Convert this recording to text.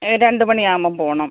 രണ്ട് മണിയാവുമ്പം പോകണം